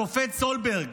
השופט סולברג,